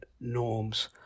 norms